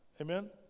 Amen